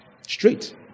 Straight